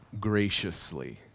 graciously